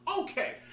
Okay